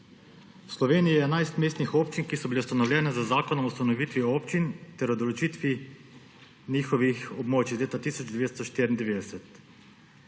V Sloveniji je 11 mestnih občin, ki so bile ustanovljene z zakonom o ustanovitvi občin ter o določitvi njihovih območij iz leta 1994.